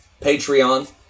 Patreon